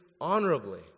honorably